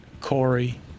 Corey